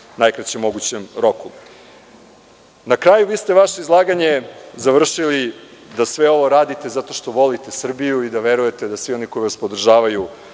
najkraćem mogućem roku. Na kraju, vi ste izlaganje završili da sve ovo radite zato što volite Srbiju i da verujete da svi oni koji vas podržavaju